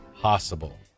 possible